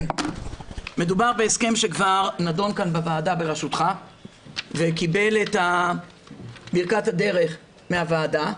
מדובר בהסכם שכבר נדון כאן בוועדה בראשותך וקיבל את ברכת הדרך מהוועדה,